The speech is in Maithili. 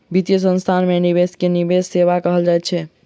वित्तीय संस्थान में निवेश के निवेश सेवा कहल जाइत अछि